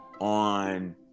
on